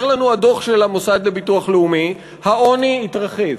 אומר לנו הדוח של המוסד לביטוח לאומי: העוני התרחב,